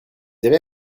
avez